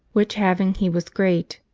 which having he was great,